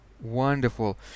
Wonderful